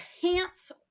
pants